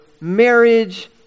marriage